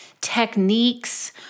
techniques